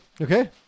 Okay